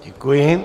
Děkuji.